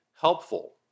helpful